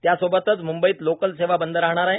त्यासोबतच मुंबईत लोकल सेवा बंद राहणार आहे